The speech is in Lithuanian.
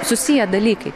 susiję dalykai